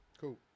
Cool